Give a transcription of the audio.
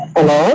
Hello